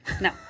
No